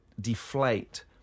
deflate